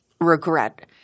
regret